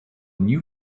new